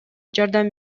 жардам